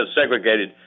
segregated